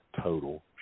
total